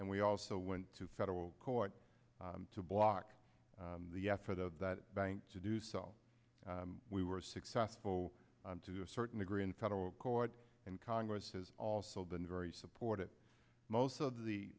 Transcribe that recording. and we also went to federal court to block the effort of that bank to do so we were successful to a certain degree in federal court and congress has also been very supportive most of the